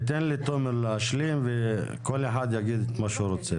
ניתן לתומר להשלים וכל אחד יגיד את מה שהוא רוצה.